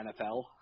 NFL